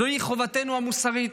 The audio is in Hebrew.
זוהי חובתנו המוסרית,